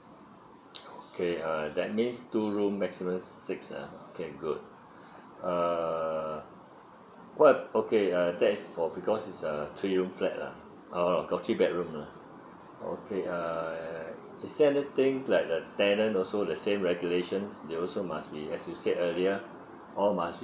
okay uh that means two room maximum six ah okay good err what okay uh that is for because it's a three room flat lah uh got three bedroom lah okay err is there anything like the tenant also the same regulations they also must be as you said earlier all must be